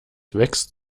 wächst